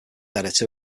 editor